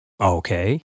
Okay